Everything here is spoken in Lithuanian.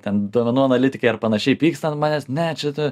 ten duomenų analitikai ar panašiai pyksta ant manęs ne čia tu